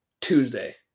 Tuesday